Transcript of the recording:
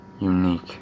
unique